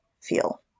feel